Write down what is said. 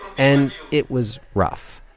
and it was rough.